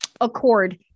accord